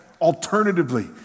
alternatively